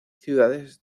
ciudades